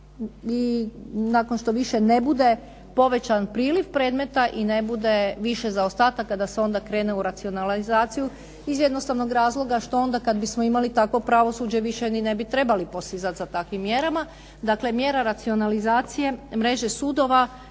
i nakon što više ne bude povećan priliv predmeta i ne bude više zaostataka, da se onda krene u racionalizaciju iz jednostavnog razloga što onda kad bismo imali takvo pravosuđe više ne bi ni trebali posizati za takvim mjerama. Dakle, mjera racionalizacije mreže sudova